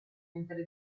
mentre